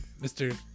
Mr